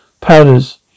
powders